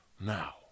Now